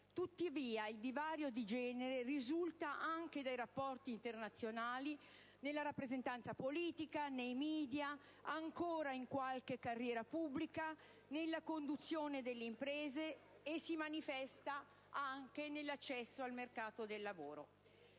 Tuttavia, il divario di genere risulta anche dai rapporti internazionali, nella rappresentanza politica, nei *media*, ancora in qualche carriera pubblica, nella conduzione delle imprese e si manifesta anche nell'accesso al mercato del lavoro.